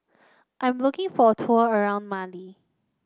I'm looking for a tour around Mali